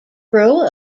grow